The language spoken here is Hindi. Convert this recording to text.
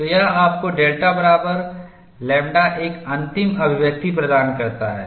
तो यह आपको डेल्टा बराबर लैम्ब्डा एक अंतिम अभिव्यक्ति प्रदान करता है